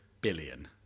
billion